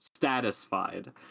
satisfied